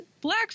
Black